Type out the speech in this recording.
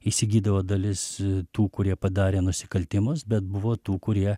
įsigydavo dalis tų kurie padarė nusikaltimus bet buvo tų kurie